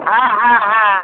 হ্যাঁ হ্যাঁ হ্যাঁ